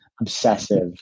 obsessive